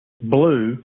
blue